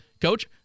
Coach